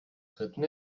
dritten